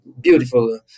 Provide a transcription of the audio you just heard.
beautiful